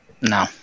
No